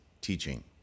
teaching